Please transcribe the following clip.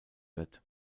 wird